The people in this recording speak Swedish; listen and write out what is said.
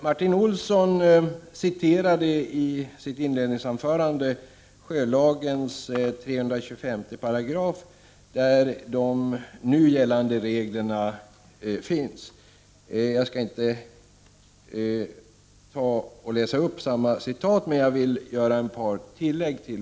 Martin Olsson citerade i sitt inledningsanförande sjölagens 325 §, där de nu gällande reglerna finns. Jag skall inte läsa upp samma citat, men jag vill göra ett par tillägg.